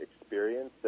experience